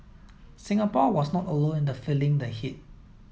Singapore was not alone in feeling the heat